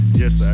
yes